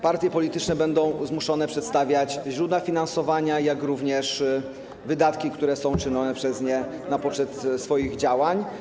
Partie polityczne będą zmuszone przedstawiać źródła finansowania, jak również wydatki, które są czynione przez nie na poczet swoich działań.